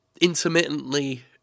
intermittently